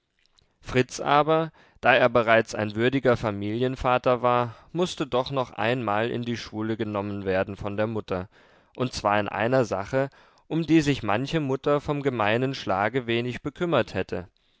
fritz aber da er bereits ein würdiger familienvater war mußte doch noch einmal in die schule genommen werden von der mutter und zwar in einer sache um die sich manche mutter vom gemeinen schlage wenig bekümmert hätte